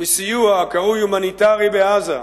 בסיוע הקרוי הומניטרי בעזה.